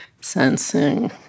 sensing